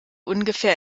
ungefähr